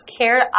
care